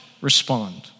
respond